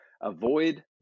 avoid